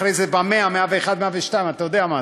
אחרי זה באים 100, 101, 102, אתה יודע מה זה?